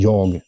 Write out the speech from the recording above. Jag